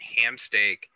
hamsteak